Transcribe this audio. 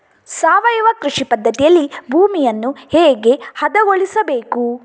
ಸಾವಯವ ಕೃಷಿ ಪದ್ಧತಿಯಲ್ಲಿ ಭೂಮಿಯನ್ನು ಹೇಗೆ ಹದಗೊಳಿಸಬೇಕು?